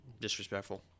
Disrespectful